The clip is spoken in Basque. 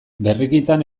berrikitan